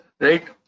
Right